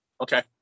Okay